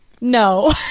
No